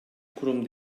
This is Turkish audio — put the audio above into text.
kurum